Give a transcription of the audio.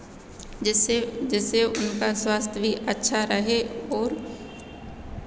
जिससे जिससे उनका स्वास्थ्य भी अच्छा रहे और